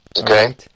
Okay